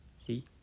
See